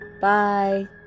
Bye